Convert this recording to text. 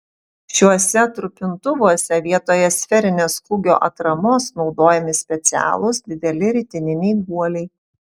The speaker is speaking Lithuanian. šiuose trupintuvuose vietoje sferinės kūgio atramos naudojami specialūs dideli ritininiai guoliai